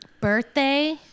Birthday